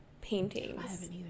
paintings